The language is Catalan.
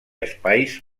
espais